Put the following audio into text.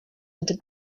into